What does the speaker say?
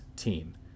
team